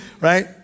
Right